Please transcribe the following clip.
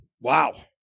Wow